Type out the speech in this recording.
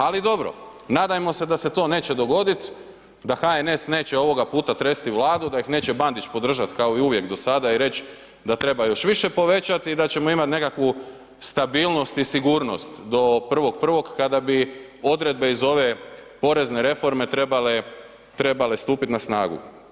Ali dobro, nadajmo se da se to neće dogoditi, da HNS neće ovoga puta tresti Vladu, da ih neće Bandić podržati kao i uvijek do sada i reći da treba još više povećati i da ćemo imati nekakvu stabilnost i sigurnost do 1.1. kada bi odredbe iz ove porezne reforme trebale stupiti na snagu.